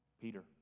Peter